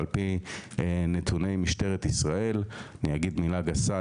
ועל פי נתוני משטרת ישראל; אני אגיד מילה גסה,